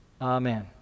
Amen